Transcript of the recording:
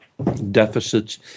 deficits